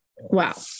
Wow